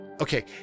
Okay